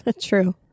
True